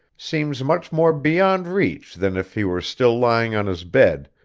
seems much more beyond reach than if he were still lying on his bed,